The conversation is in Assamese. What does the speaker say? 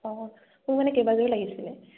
অঁ মোৰ মানে কেইবাযোৰো লাগিছিলে